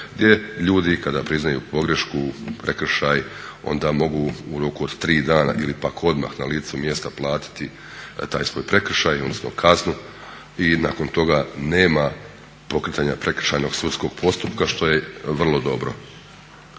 gdje ljudi kada priznaju pogrešku, prekršaj onda mogu u roku od 3 dana ili pak odmah na licu mjesta platiti taj svoj prekršaj odnosno kaznu i nakon toga nema pokretanja prekršajnog sudskog postupka što je vrlo dobro.